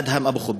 אדהם אבו חוביזה.